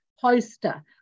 poster